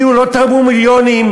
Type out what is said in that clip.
כאילו לא תרמו מיליונים,